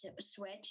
Switch